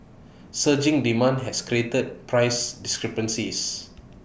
surging demand has created price discrepancies